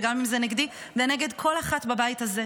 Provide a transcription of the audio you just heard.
וגם אם זה נגדי ונגד כל אחת בבית הזה.